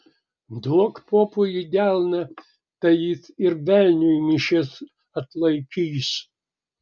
duok popui į delną tai jis ir velniui mišias atlaikys